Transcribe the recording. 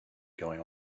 going